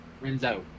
Renzo